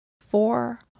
four